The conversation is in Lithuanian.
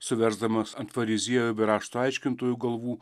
suversdamas ant fariziejų bei rašto aiškintojų galvų